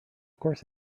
course